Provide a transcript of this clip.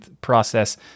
process